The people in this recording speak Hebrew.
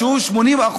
שהוא 80%,